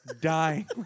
dying